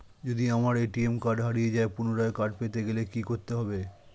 যদি আমার ATM card হারিয়ে যায় পুনরায় কার্ড পেতে গেলে কি করতে হবে?